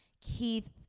Keith